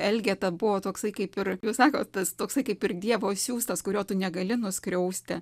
elgeta buvo toksai kaip ir jūs sakot tas toksai kaip ir dievo siųstas kurio tu negali nuskriausti